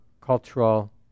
cultural